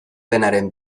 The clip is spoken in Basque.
denaren